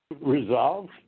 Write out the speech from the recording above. resolved